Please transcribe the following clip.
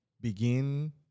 begin